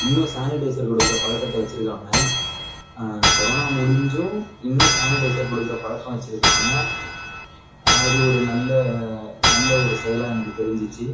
இன்னும் சேனிடைசர் கொடுக்குற பழக்கத்தை வைச்சுருக்காங்க கொரோனா முடிஞ்சும் இன்னும் சேனிடைசர் கொடுக்குற பழக்கம் வைச்சுருக்காங்க அது ஒரு நல்ல நல்ல ஒரு செயலாக எனக்கு தெரிஞ்சிச்சு